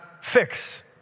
fix